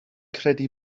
credu